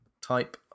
type